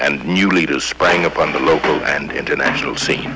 and new leaders sprang up on the local and international s